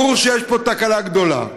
ברור שיש פה תקלה גדולה.